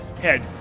head